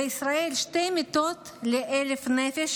בישראל יש שתי מיטות ל-1,000 נפש,